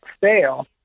fail